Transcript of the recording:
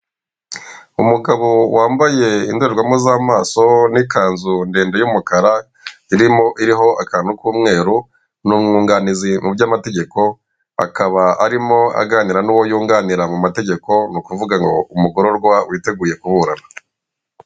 Umugabo wambaye indorerwamo z'amaso n'ikanzu ndende y'umukara irimo iriho akantu k'umweru ni umwunganizi mu by'amategeko akaba arimo aganira nuwo y'unganira mu mategeko ni ukuvuga ngo umugororwa witeguye kuburana.